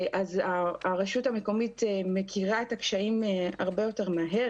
אז הרשות המקומית מכירה את הקשים הרבה יותר מהר.